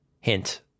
Hint